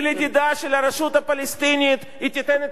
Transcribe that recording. כי לדידה של הרשות הפלסטינית היא תיתן את